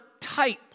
type